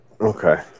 Okay